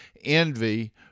envy